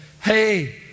Hey